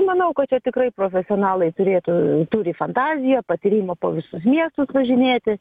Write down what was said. manau kad čia tikrai profesionalai turėtų turi fantaziją patyrimą po visus miestus važinėti